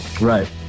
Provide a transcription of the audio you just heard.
Right